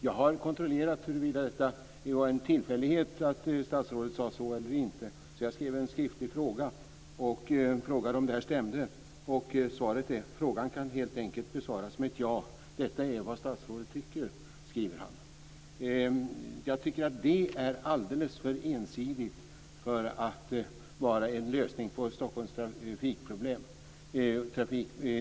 Jag har kontrollerat huruvida det var en tillfällighet att statsrådet sade så eller inte. Jag skrev en skriftlig fråga och frågade om det stämde. Svaret är att frågan helt enkelt kan besvaras med ett ja. Detta är vad statsrådet tycker, skriver han. Jag tycker att det är alldeles för ensidigt för att vara en lösning på Stockholms trafikproblem.